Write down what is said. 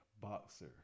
boxer